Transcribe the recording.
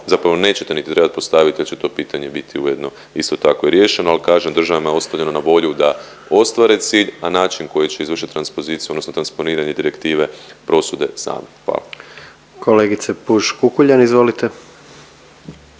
zapravo nećete niti trebat postavit jer će to pitanje biti uredno isto tako i riješeno, al kažem državama je ostavljeno na volju da ostvare cilj na način koji će izvršit transpoziciju odnosno transponiranje direktive prosude sami, hvala. **Jandroković,